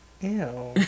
Ew